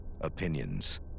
opinions